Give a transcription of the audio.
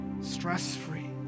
stress-free